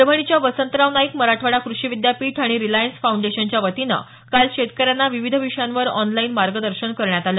परभणीच्या वसंतराव नाईक मराठवाडा क्रषी विद्यापीठ आणि रिलायन्स फौंडेशनच्या वतीनं काल शेतकऱ्यांना विविध विषयांवर ऑनलाईन मार्गदर्शन करण्यात आलं